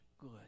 good